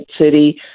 city